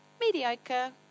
Mediocre